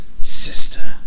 sister